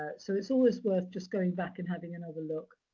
so, it's always worth just going back and having another look,